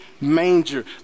manger